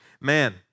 man